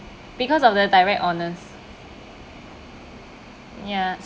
because of the direct honors ya